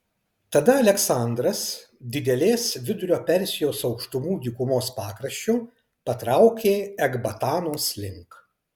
tada aleksandras didelės vidurio persijos aukštumų dykumos pakraščiu patraukė ekbatanos link